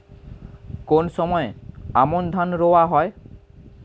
কোন সময় আমন ধান রোয়া হয়?